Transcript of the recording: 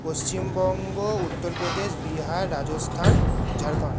Paschimbanga Uttar Pradesh Bihar Rajasthan Jharkhand